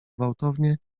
gwałtownie